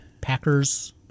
Packers